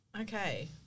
Okay